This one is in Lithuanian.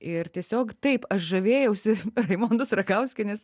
ir tiesiog taip aš žavėjausi raimondos ragauskienės